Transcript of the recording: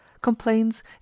complains